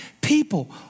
people